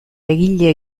egile